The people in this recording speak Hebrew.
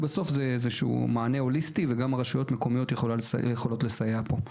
כי בסוף זה איזשהו מענה הוליסטי וגם הרשויות המקומיות יכולות לסייע פה.